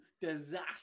disaster